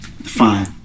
Fine